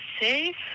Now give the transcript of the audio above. safe